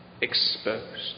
exposed